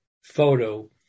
photo